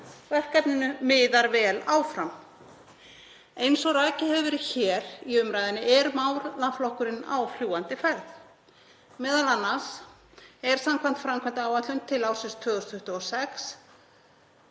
Verkefninu miðar vel áfram. Eins og rakið hefur verið hér í umræðunni er málaflokkurinn á fljúgandi ferð, m.a. er samkvæmt framkvæmdaáætlun til ársins 2026